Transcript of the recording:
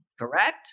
Correct